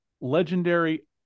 legendary